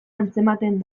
antzematen